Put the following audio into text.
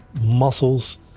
muscles